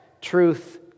truth